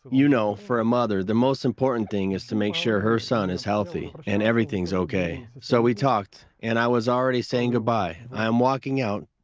you know, for a mother, the most important thing is to make sure her son is healthy, and everything's okay. so, we talked. and i was already saying goodbye. i am walking out,